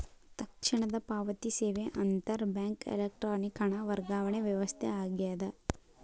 ತಕ್ಷಣದ ಪಾವತಿ ಸೇವೆ ಅಂತರ್ ಬ್ಯಾಂಕ್ ಎಲೆಕ್ಟ್ರಾನಿಕ್ ಹಣ ವರ್ಗಾವಣೆ ವ್ಯವಸ್ಥೆ ಆಗ್ಯದ